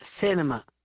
cinema